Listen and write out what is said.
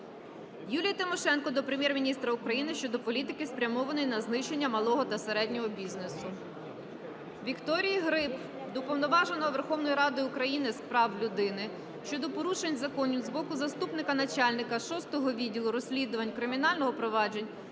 Юлії Тимошенко до Прем'єр-міністра України щодо політики, спрямованої на знищення малого та середнього бізнесу. Вікторії Гриб до Уповноваженого Верховної Ради України з прав людини щодо порушень закону з боку заступника начальника 6-го відділу розслідувань кримінальних проваджень